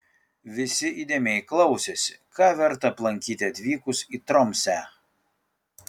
visi įdėmiai klausėsi ką verta aplankyti atvykus į tromsę